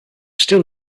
still